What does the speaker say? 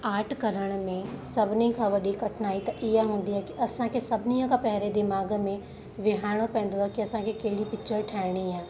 art करण में सभिनी खां वॾी कठिनाई त इअ हूंदी आहे की असांखे सभिनीअ खां पहिरियां दिमाग़ में विहारणो पवंदो आहे की असांखे कहिड़ी पिच्चर ठाहिणी आहे